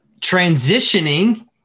transitioning